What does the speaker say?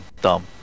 dumb